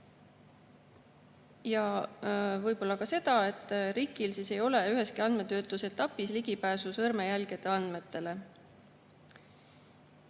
Võib-olla ka seda, et RIK‑il ei ole üheski andmetöötluse etapis ligipääsu sõrmejäljeandmetele.